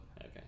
Okay